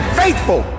faithful